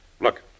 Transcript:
Look